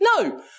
No